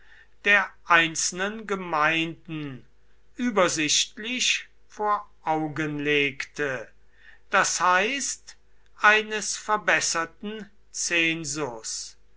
der einzelnen gemeinden übersichtlich vor augen legte das heißt eines verbesserten zensus